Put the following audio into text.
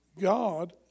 God